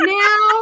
now